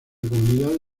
comunidad